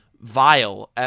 vile